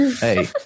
hey